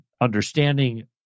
understanding